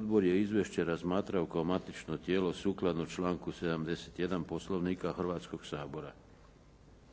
Odbor je izvješće razmatrao kao matično tijelo sukladno članku 71. Poslovnika Hrvatskoga sabora.